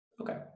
okay